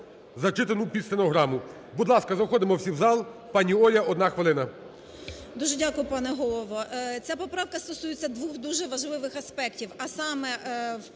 зачитану під стенограму. Будь ласка, заходимо всі в зал. Пані Оля, одна хвилина. 17:01:13 БЄЛЬКОВА О.В. Дуже дякую, пане Голово. Ця поправка стосується двох дуже важливих аспектів, а саме